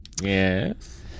Yes